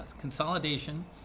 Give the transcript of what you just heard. consolidation